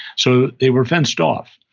so they were fenced off.